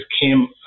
came